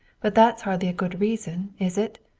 but that's hardly a good reason, is it?